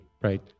right